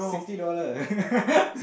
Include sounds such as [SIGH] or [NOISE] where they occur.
fifty dollar [LAUGHS]